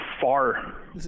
far